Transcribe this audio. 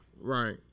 Right